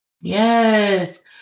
Yes